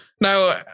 Now